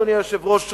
אדוני היושב-ראש,